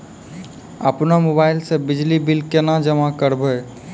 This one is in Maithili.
अपनो मोबाइल से बिजली बिल केना जमा करभै?